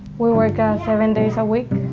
we work on seven days a week,